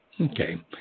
Okay